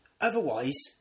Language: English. otherwise